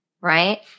Right